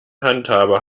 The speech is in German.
handhabe